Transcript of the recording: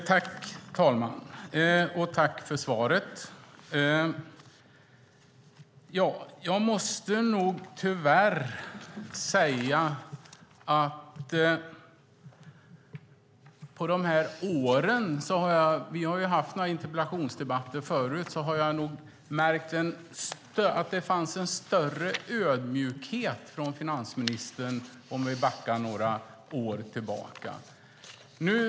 Fru talman! Tack för svaret! Jag måste tyvärr säga att jag har märkt att det fanns en större ödmjukhet hos finansministern tidigare, om vi backar några år tillbaka. Vi har ju haft några interpellationsdebatter förut.